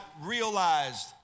realized